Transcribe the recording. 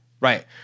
Right